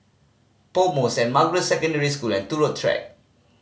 PoMo Saint Margaret Secondary School and Turut Track